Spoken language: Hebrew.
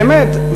באמת,